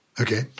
okay